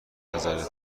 نظرت